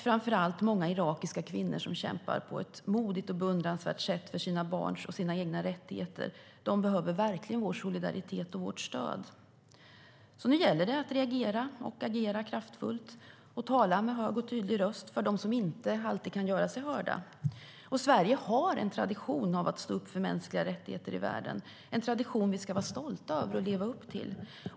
Framför allt är det många irakiska kvinnor som kämpar på ett modigt och beundransvärt sätt för sina barns och sina egna rättigheter. De behöver verkligen vår solidaritet och vårt stöd. Nu gäller det att reagera och agera kraftfullt och att tala med hög och tydlig röst för dem som inte alltid kan göra sig hörda. Sverige har en tradition av att stå upp för mänskliga rättigheter i världen - en tradition som vi ska vara stolta över och leva upp till.